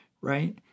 right